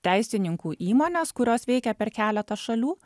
teisininkų įmonės kurios veikia per keletą šalių